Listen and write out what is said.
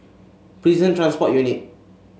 Prison Transport Unit